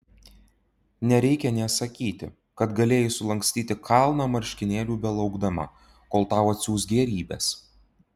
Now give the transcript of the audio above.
nereikia nė sakyti kad galėjai sulankstyti kalną marškinėlių belaukdama kol tau atsiųs gėrybes